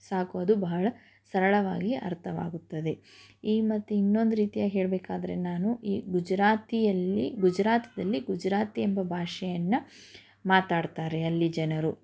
ಸಾಕು ಅದು ಬಹಳ ಸರಳವಾಗಿ ಅರ್ಥವಾಗುತ್ತದೆ ಈ ಮತ್ತು ಇನ್ನೊಂದು ರೀತಿಯಾಗಿ ಹೇಳಬೇಕಾದ್ರೆ ನಾನು ಗುಜರಾತಿಯಲ್ಲಿ ಗುಜರಾತದಲ್ಲಿ ಗುಜರಾತಿ ಎಂಬ ಭಾಷೆಯನ್ನು ಮಾತಾಡ್ತಾರೆ ಅಲ್ಲಿ ಜನರು